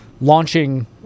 launching